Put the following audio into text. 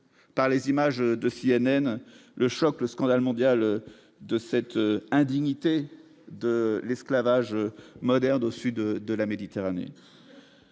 par les images de CNN le choc, le scandale mondial de cette indignité de l'esclavage moderne, au sud de la Méditerranée,